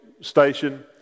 station